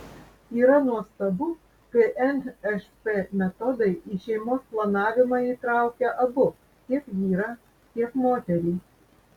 yra nuostabu kai nšp metodai į šeimos planavimą įtraukia abu tiek vyrą tiek moterį